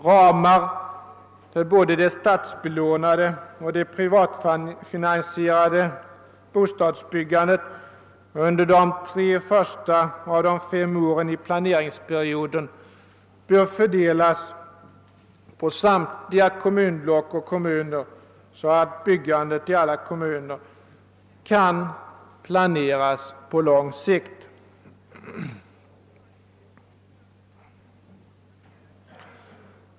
Ramar för både det statsbelånade och det privatfinansierade bostadsbyggandet under de tre första av de fem åren i planeringsperioden bör fördelas på samtliga kommunblock och kommuner så att byggandet i alla kommuner kan planeras på lång sikt.